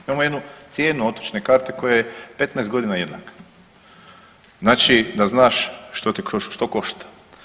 Imamo jednu cijenu otočne karte koja je 15 godina jednaka, znači da znaš što košta.